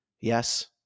Yes